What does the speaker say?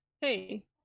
Hey